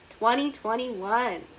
2021